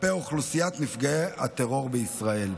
כלפי אוכלוסיית נפגעי הטרור בישראל.